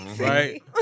Right